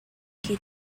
que